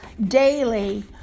daily